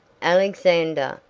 alexander,